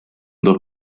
dos